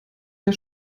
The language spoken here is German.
der